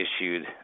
issued